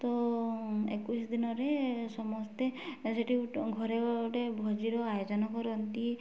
ତ ଏକୋଇଶ ଦିନରେ ସମସ୍ତେ ସେଠି ଘରେ ଗୋଟେ ଭୋଜିର ଆୟୋଜନ କରନ୍ତି